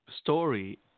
story